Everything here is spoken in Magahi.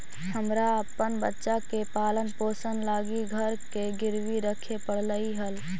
हमरा अपन बच्चा के पालन पोषण लागी घर के गिरवी रखे पड़लई हल